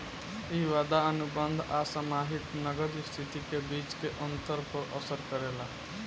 इ वादा अनुबंध आ समाहित नगद स्थिति के बीच के अंतर पर असर करेला